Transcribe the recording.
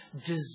desire